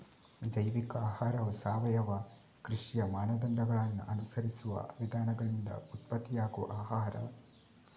ಜೈವಿಕ ಆಹಾರವು ಸಾವಯವ ಕೃಷಿಯ ಮಾನದಂಡಗಳನ್ನ ಅನುಸರಿಸುವ ವಿಧಾನಗಳಿಂದ ಉತ್ಪತ್ತಿಯಾಗುವ ಆಹಾರ